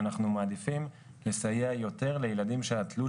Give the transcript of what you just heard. אנחנו מעדיפים לסייע יותר לילדים שהתלות